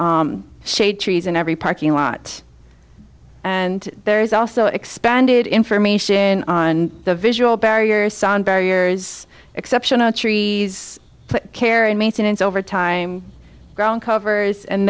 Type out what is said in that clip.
have shade trees in every parking lot and there is also expanded information in on the visual barriers sand barriers exceptional trees care and maintenance over time grown covers and